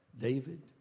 David